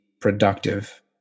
productive